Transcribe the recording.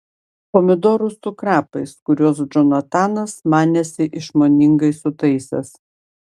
pomidorus su krapais kuriuos džonatanas manėsi išmoningai sutaisęs